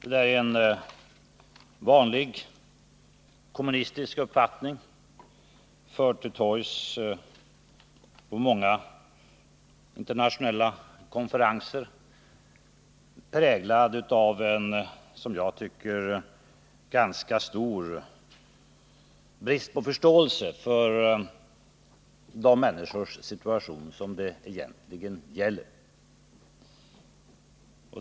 Det är en vanlig kommunistisk uppfattning, förd till torgs på många internationella konferenser, präglad av en som jag tycker ganska stor brist på förståelse för de människors situation som det egentligen gäller.